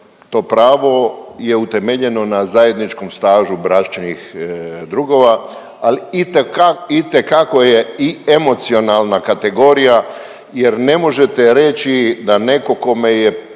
to pravo je utemeljeno na zajedničkom stažu bračnih drugova, ali itekako je i emocionalna kategorija jer ne možete reći da neko kome je